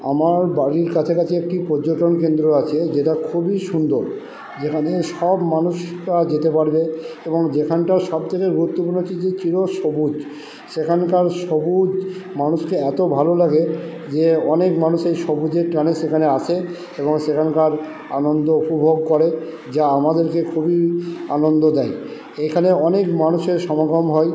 আমার বাড়ির কাছাকাছি একটি পর্যটন কেন্দ্র আছে যেটা খুবই সুন্দর যেখানে সব মানুষরা যেতে পারবে এবং যেখানটা সব থেকে গুরুত্বপূর্ণ হচ্ছে যে চির সবুজ সেখানকার সবুজ মানুষকে এতো ভালো লাগে যে অনেক মানুষ এই সবুজের টানে সেখানে আসে এবং সেখানকার আনন্দ উপভোগ করে যা আমাদেরকে খুবই আনন্দ দেয় এখানে অনেক মানুষের সমাগম হয়